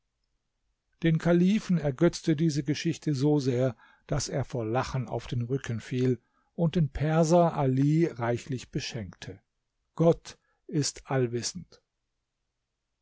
den kalifen ergötzte diese geschichte so sehr daß er vor lachen auf den rücken fiel und den perser ali reichlich beschenkte gott ist allwissend